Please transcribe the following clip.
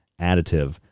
additive